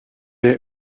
est